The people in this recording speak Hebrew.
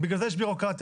בגלל זה יש בירוקרטיה.